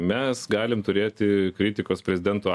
mes galim turėti kritikos prezidento